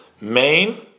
main